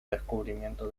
descubrimiento